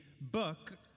book